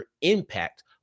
impact